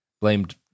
blamed